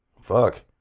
Fuck